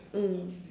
mm